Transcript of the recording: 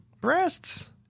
breasts